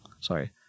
sorry